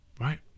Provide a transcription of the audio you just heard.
Right